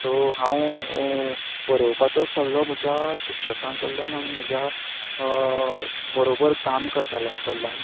so हांव बरोवपाचो सल्लो म्हज्या शिक्षकां कडल्यान आनी म्हज्या बरोबर काम करतल्यां कडल्यान